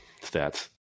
stats